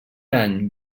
any